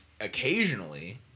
occasionally